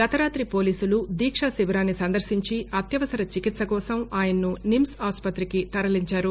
గత రాతి పోలీసులు దీక్ష శిబీరాన్ని సందర్భించి అత్యవసర చికిత్స కోసం ఆయనను నిమ్స్ ఆస్పతికి తరలించారు